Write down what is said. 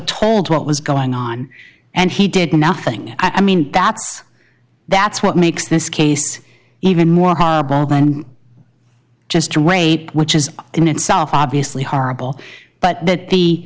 told what was going on and he did nothing i mean that's that's what makes this case even more horrible than just a rape which is in itself obviously horrible but that the